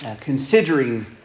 considering